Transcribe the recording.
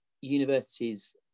universities